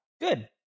Good